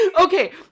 Okay